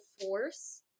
force